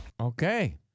Okay